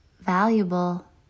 valuable